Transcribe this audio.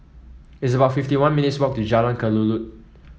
it's about fifty one minutes' walk to Jalan Kelulut